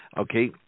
Okay